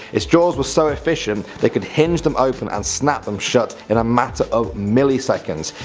its jaws were so efficient they could hinge them open and snap them shut in a matter of milliseconds.